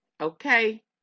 okay